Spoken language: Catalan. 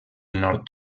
nord